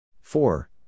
Four